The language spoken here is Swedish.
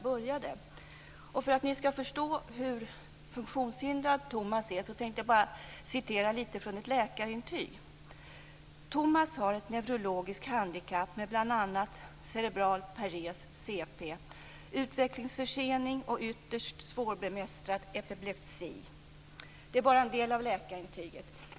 För att ni skall förstå hur funktionshindrad Tomas är skall jag läsa en del ur ett läkarintyg: Tomas har ett neurologiskt handikapp, med bl.a. cerebral pares, CP, utvecklingsförsening och ytterst svårbemästrad epilepsi.